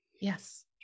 yes